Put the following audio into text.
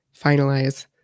finalize